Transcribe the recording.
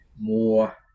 more